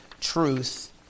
truth